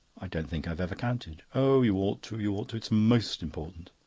i don't think i've ever counted. oh, you ought to, you ought to. it's most important.